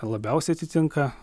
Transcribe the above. labiausiai atitinka